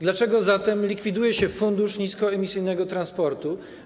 Dlaczego zatem likwiduje się Fundusz Niskoemisyjnego Transportu?